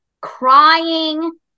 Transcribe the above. crying